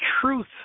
truth